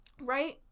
right